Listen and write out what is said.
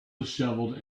dishevelled